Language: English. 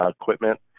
equipment